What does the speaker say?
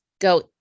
go